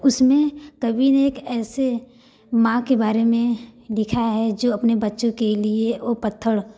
उसमें कवि ने एक ऐसी माँ के बारे में लिखा है जो अपने के लिए वह पत्थर